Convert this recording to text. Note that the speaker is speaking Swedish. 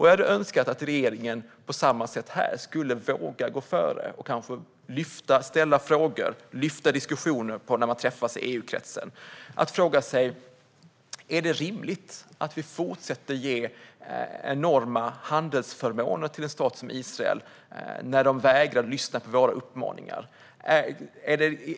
Jag hade önskat att regeringen på samma sätt här skulle våga gå före, ställa frågor och lyfta upp diskussioner när man träffas i EU-kretsen. Är det rimligt att vi fortsätter att ge enorma handelsförmåner till en stat som Israel när de vägrar att lyssna på våra uppmaningar?